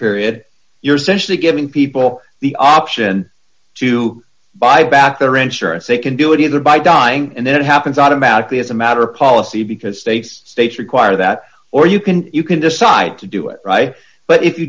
period you're essentially giving people the option to buy back their insurance they can do it either by dying and then it happens automatically as a matter of policy because states states require that or you can you can decide to do it right but if you